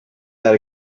that